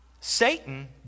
Satan